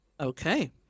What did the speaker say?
Okay